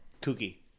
cookie